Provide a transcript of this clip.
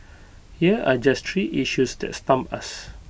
here are just three issues that stump us